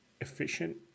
efficient